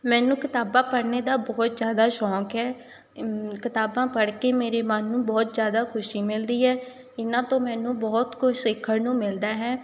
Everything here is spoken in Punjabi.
ਮੈਨੂੰ ਕਿਤਾਬਾਂ ਪੜ੍ਹਨ ਦਾ ਬਹੁਤ ਜ਼ਿਆਦਾ ਸ਼ੌਕ ਹੈ ਕਿਤਾਬਾਂ ਪੜ੍ਹ ਕੇ ਮੇਰੇ ਮਨ ਨੂੰ ਬਹੁਤ ਜ਼ਿਆਦਾ ਖੁਸ਼ੀ ਮਿਲਦੀ ਹੈ ਇਹਨਾਂ ਤੋਂ ਮੈਨੂੰ ਬਹੁਤ ਕੁਛ ਸਿੱਖਣ ਨੂੰ ਮਿਲਦਾ ਹੈ